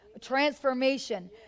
transformation